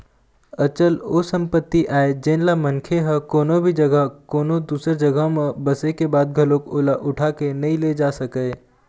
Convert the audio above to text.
अचल ओ संपत्ति आय जेनला मनखे ह कोनो भी जघा कोनो दूसर जघा म बसे के बाद घलोक ओला उठा के नइ ले जा सकय